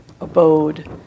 abode